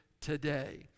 today